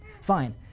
fine